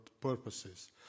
purposes